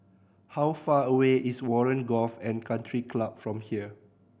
how far away is Warren Golf and Country Club from here